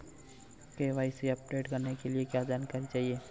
KYC update करने के लिए क्या जानकारी चाहिए?